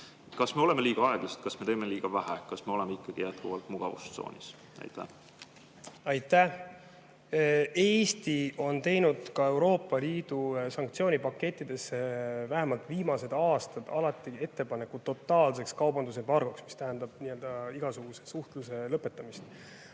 Kas me oleme liiga aeglased? Kas me teeme liiga vähe? Kas me oleme ikkagi jätkuvalt mugavustsoonis? Aitäh! Eesti on teinud ka Euroopa Liidu sanktsioonipakettidesse vähemalt viimased aastad alati ettepaneku totaalseks kaubandusembargoks, mis tähendab igasuguse suhtluse lõpetamist.